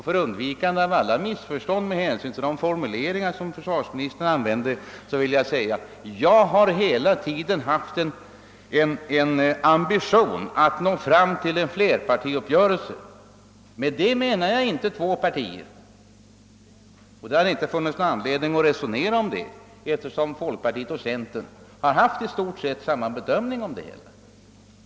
För undvikande av alla missförstånd på grund av de formuleringar som försvarsministern använde vill jag säga att jag hela tiden haft ambitionen att uppnå en flerpartiuppgörelse, och med det menar jag inte två partier. Det har inte funnits någon anledning att resonera om det alternativet, eftersom folkpartiet och centerpartiet haft i stort sett samma bedömning.